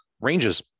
ranges